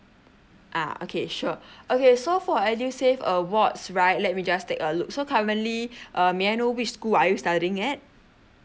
ah okay sure okay so for edusave awards right let me just take a look so currently uh may I know which school are you studying at